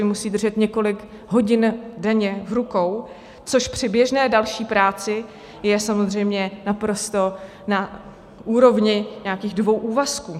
Hudební nástroj musí držet několik hodin denně v rukou, což při běžné další práci je samozřejmě naprosto na úrovni nějakých dvou úvazků.